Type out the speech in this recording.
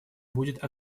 будет